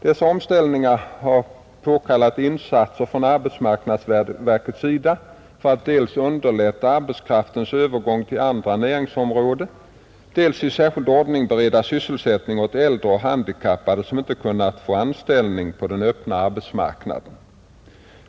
Dessa omställningar har påkallat insatser från arbetsmarknadsverkets sida för att dels underlätta arbetskraftens övergång till andra näringsområden, dels i särskild ordning bereda sysselsättning åt äldre och handikappade som inte har kunnat få anställning på den öppna arbetsmarknaden.